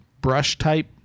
brush-type